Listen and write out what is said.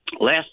Last